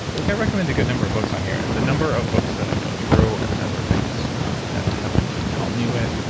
i like i recommend a good number of books on here. the number of books that i go through and the number of things that i have my team help help me with,